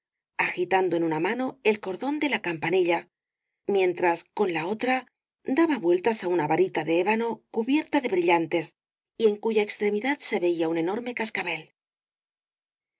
agitando en una mano el cordón de la campanilla mientras con la otra daba vueltas á una varita de ébano cubierta de brillantes y en cuya extremidad se veía un enorme cascabel